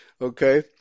okay